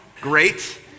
Great